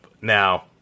Now